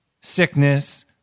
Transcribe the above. sickness